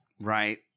Right